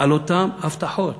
על אותן הבטחות